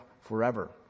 forever